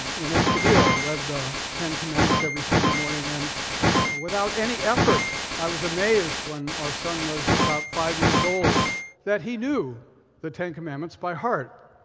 in escondido read the ten commandments every sunday morning, and without any effort i was amazed when our son was about five years old that he knew the ten commandments by heart.